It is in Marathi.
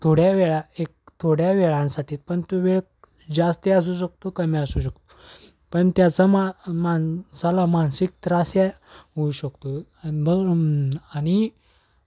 थोड्या वेळा एक थोड्या वेळासाठी पण तो वेळ जास्ती असू शकतो कमी असू शकतो पण त्याचा मा माणसाला मानसिक त्रास या होऊ शकतो ब आणि